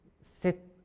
set